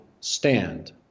stand